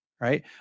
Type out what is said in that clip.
right